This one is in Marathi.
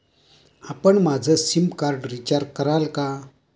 आपण माझं सिमकार्ड रिचार्ज कराल का?